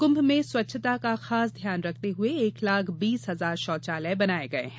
कुंभ में स्वच्छता का खास ध्यान रखते हुए एक लाख बीस हजार शौचालय बनाए गए हैं